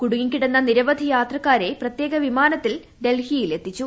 കുടുങ്ങിക്കിടന്ന നിരവധി യാത്രക്കാരെ പ്രത്യേക വിമാനത്തിൽ ഡൽഹിയിൽ എത്തിച്ചു